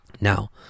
Now